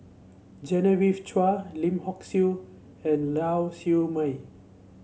Genevieve Chua Lim Hock Siew and Lau Siew Mei